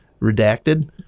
redacted